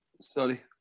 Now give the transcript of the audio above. sorry